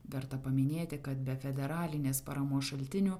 verta paminėti kad be federalinės paramos šaltinių